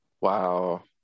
Wow